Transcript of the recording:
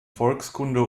volkskunde